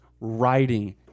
writing